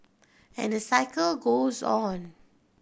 and the cycle goes on